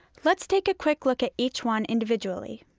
let's take a quick look at each one individually.